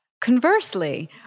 Conversely